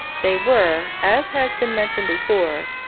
they were, as has been mentioned before,